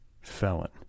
Felon